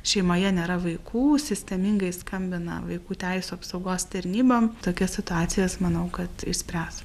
šeimoje nėra vaikų sistemingai skambina vaikų teisių apsaugos tarnybom tokias situacijas manau kad išspręs